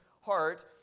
heart